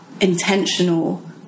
intentional